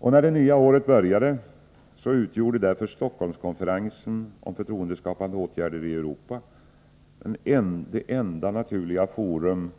När det nya året började utgjorde därför Stockholmskonferensen om förtroendeskapande åtgärder i Europa enda naturliga forum